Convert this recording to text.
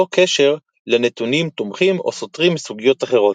ללא קשר לנתונים תומכים או סותרים מסוגיות אחרות.